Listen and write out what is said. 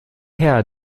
her